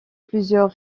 plusieurs